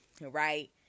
right